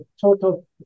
total